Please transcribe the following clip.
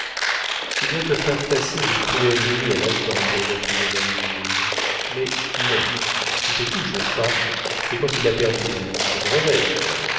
il doit te faire passer de cruelles nuits à l'attendre reprit madame guillaume mais non tu te couches n'est-ce pas et quand il a perdu le monstre te réveille